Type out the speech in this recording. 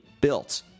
built